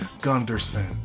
Gunderson